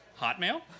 Hotmail